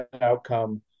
outcome